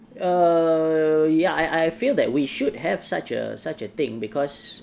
err ya I I feel that we should have such a such a thing because